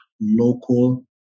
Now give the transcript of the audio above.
local